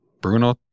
Bruno